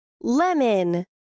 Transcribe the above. Lemon